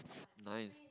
nice